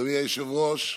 אדוני היושב-ראש,